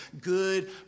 good